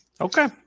Okay